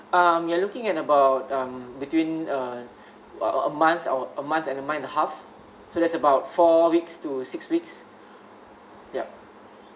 um we're looking at about um between uh a~ a month or a month and a month and half so that's about four weeks to six weeks yup